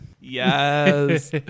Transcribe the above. yes